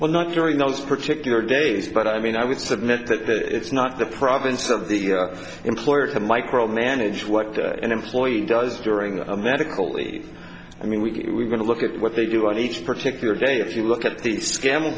well not during those particular days but i mean i would submit that it's not the province of the employer to micromanage what an employee does during a medical leave i mean we are going to look at what they do on each particular day if you look at the sca